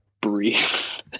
brief